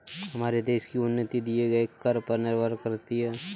हमारे देश की उन्नति दिए गए कर पर निर्भर करती है